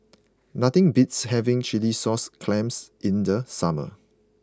nothing beats having Chilli Sauce Clams in the summer